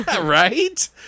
Right